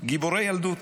גיבורי ילדות.